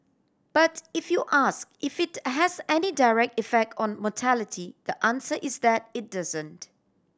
but if you ask if it has any direct effect on mortality the answer is that it doesn't